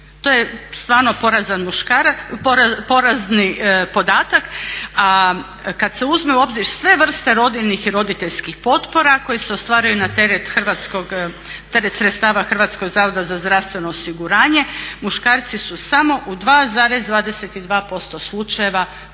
To je stvarno porazni podatak, a kad se uzme u obzir sve vrste rodiljnih i roditeljskih potpora koji se ostvaruje na teret sredstava HZZO-a muškarci su samo u 2,22% slučajeva koristili